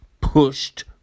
pushed